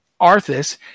Arthas